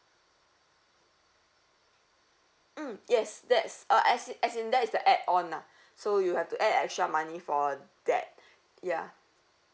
mm yes that's uh as as in that is the add on lah so you have to add extra money for that ya